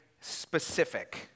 specific